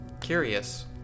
Curious